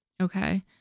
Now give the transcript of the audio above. Okay